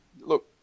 look